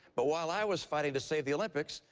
but while i was fighting to save the olympics,